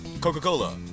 Coca-Cola